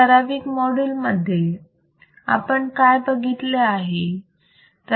या ठराविक माॅड्यूल मध्ये आपण काय बघितले आहे